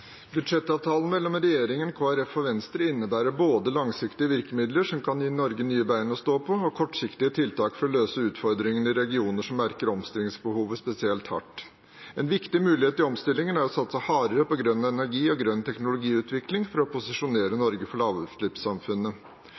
Budsjettavtalen mellom regjeringen, Kristelig Folkeparti og Venstre innebærer både langsiktige virkemidler som kan gi Norge nye bein å stå på, og kortsiktige tiltak for å løse utfordringene i regioner som merker omstillingsbehovet spesielt hardt. En viktig mulighet i omstillingen er å satse hardere på grønn energi og grønn teknologiutvikling for å posisjonere Norge for lavutslippssamfunnet.